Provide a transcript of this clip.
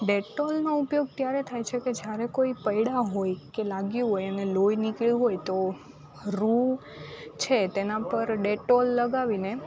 ડેટોલનો ઉપયોગ ત્યારે થાય છે કે જ્યારે કોઈ પડ્યા હોય કે લાગ્યું હોય એને લોહી નિકળ્યું હોય તો રૂ છે તેના પર ડેટોલ લગાવીને